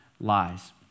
lies